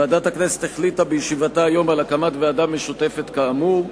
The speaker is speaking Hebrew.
ועדת הכנסת החליטה בישיבתה היום על הקמת ועדה משותפת כאמור.